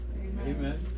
Amen